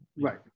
Right